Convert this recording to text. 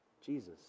Jesus